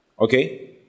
Okay